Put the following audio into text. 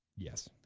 yes.